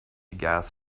gas